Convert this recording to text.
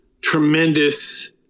tremendous